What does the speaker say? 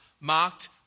marked